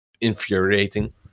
infuriating